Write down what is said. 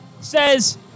says